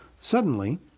Suddenly